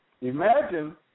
Imagine